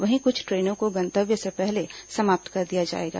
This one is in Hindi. वहीं कुछ ट्रेनों को गंतव्य से पहले समाप्त कर दिया जाएगा